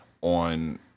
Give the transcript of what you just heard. on